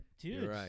Dude